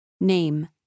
Name